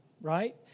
right